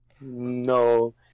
No